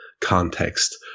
context